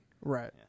Right